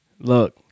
look